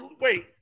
wait